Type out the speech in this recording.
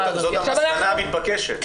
זו המסקנה המתבקשת.